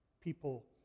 people